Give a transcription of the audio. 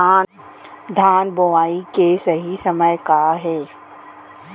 धान बोआई के सही समय का हे?